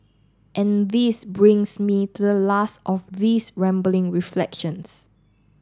and this brings me to the last of these rambling reflections